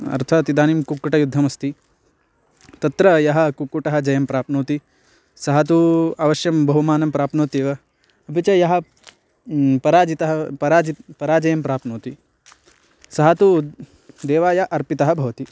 अर्थात् इदानीं कुक्कुटयुद्धमस्ति तत्र यः कु्ककुटः जयं प्राप्नोति सः तु अवश्यं बहुमानं प्राप्नोत्येव अपि च यः पराजितः पराजितः पराजयं प्राप्नोति सः तु देवाय अर्पितः भवति